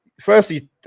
Firstly